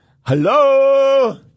Hello